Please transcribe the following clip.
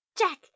jack